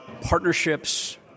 partnerships